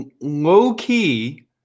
low-key